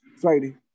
Friday